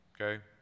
okay